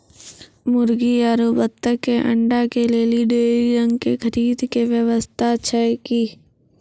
मुर्गी आरु बत्तक के अंडा के लेली डेयरी रंग के खरीद के व्यवस्था छै कि?